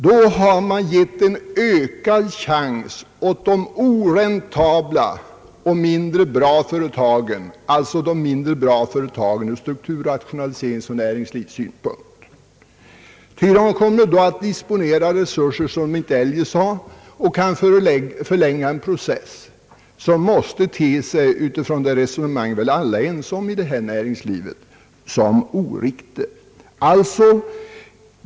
Då har man gett en ökad chans åt de oräntabla och från näringslivsoch = strukturrationaliseringssynpunkt mindre bra företagen, ty de kommer då att disponera resurser som de eljest inte skulle ha och kan förlänga en process vilket utifrån det resonemang som väl alla är ense om i det här näringslivet måste te sig som oriktigt.